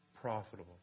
profitable